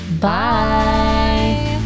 Bye